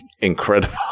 incredible